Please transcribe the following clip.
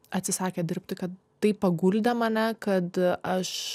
atsisakė dirbti kad tai paguldė mane kad aš